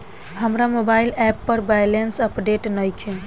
हमार mobile app पर balance update नइखे